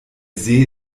see